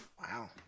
wow